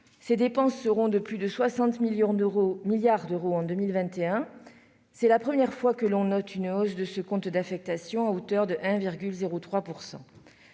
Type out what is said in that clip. Ces dépenses seront de plus de 60 milliards d'euros en 2021. C'est la première fois que l'on note une hausse de ce compte d'affectation, à hauteur de 1,03 %.